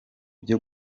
byo